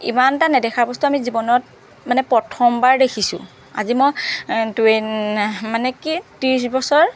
ইমানটা নেদেখা বস্তু আমি জীৱনত মানে প্ৰথমবাৰ দেখিছো আজি মই মানে কি ত্ৰিছ বছৰ